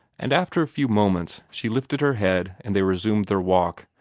and after a few moments she lifted her head and they resumed their walk,